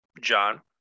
john